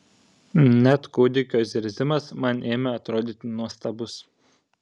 net kūdikio zirzimas man ėmė atrodyti nuostabus